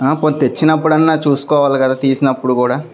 పోనీ తెచ్చినప్పుడైనా చూసుకోవాలి కదా తీసినప్పుడు కూడా